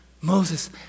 Moses